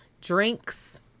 Drinks